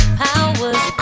powers